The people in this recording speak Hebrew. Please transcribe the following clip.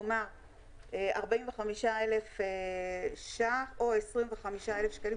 כלומר 45,000 ש"ח או 25,000 שקלים,